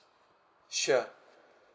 sure